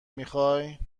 میخوای